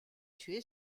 tué